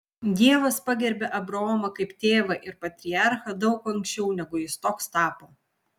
dievas pagerbė abraomą kaip tėvą ir patriarchą daug anksčiau negu jis toks tapo